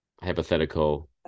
Hypothetical